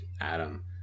Adam